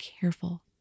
careful